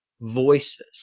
voices